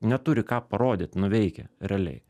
neturi ką parodyt nuveikę realiai